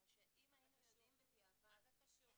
אם היינו יודעים בדיעבד --- מה זה קשור?